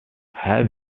have